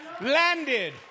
landed